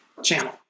channel